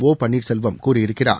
ஒபன்னீர்செல்வம் கூறியிருக்கிறார்